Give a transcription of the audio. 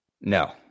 No